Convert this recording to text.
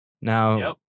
now